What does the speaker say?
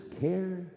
care